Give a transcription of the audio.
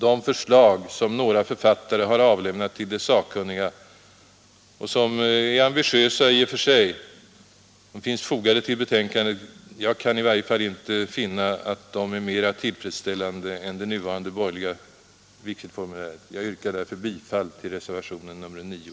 De förslag som några författare har avlämnat till de sakkunniga är i och för sig ambitiösa — de finns fogade vid betänkandet — men jag kan inte finna att de är mer tillfredsställande än det nuvarande borgerliga vigselformuläret. Jag yrkar bifall till reservationen 9.